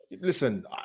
Listen